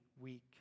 Week